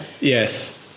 Yes